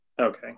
okay